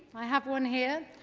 i have one here,